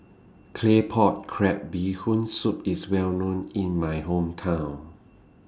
Claypot Crab Bee Hoon Soup IS Well known in My Hometown